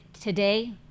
today